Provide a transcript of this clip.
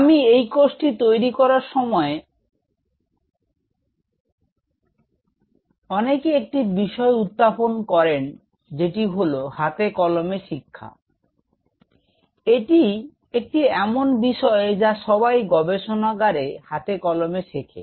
আমি এই কোর্সটি তৈরি করার সময় অনেকে একটি বিষয় উত্থাপন করেন যেটি হল হাতে কলমে শিক্ষা এটি একটি এমন বিষয় যা সবাই গবেষণাগারে হাতে কলমে শেখে